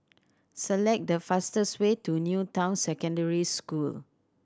select the fastest way to New Town Secondary School